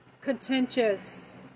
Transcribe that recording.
contentious